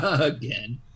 Again